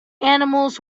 animals